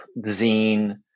zine